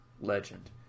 Legend